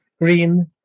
Green